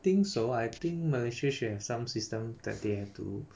think so I think malaysia should have some system that they have to